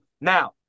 Now